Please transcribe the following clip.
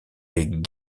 est